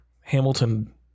Hamilton